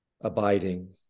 abiding